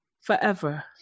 forever